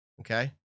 Okay